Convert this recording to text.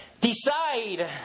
decide